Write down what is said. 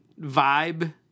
vibe